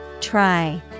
Try